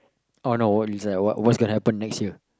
oh no what is like what what's going to happen next year